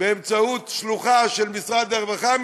באמצעות שלוחה של משרד הרווחה,